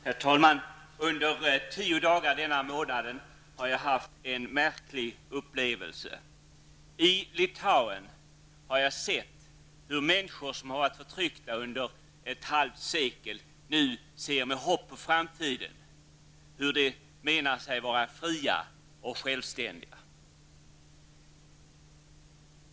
Herr talman! Under tio dagar i denna månad har jag haft en märklig upplevelse. I Litauen har jag sett hur människor som har varit förtryckta under ett halvt sekel nu ser med hopp på framtiden, hur de menar sig vara fria och självständiga.